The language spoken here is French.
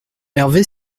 hervé